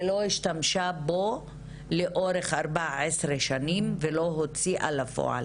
ולא השתמשה בו לאורך 14 שנים ולא הוציאה לפועל.